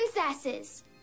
princesses